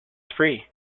free